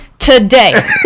today